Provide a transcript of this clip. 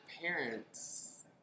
parents